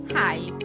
Hi